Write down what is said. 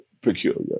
peculiar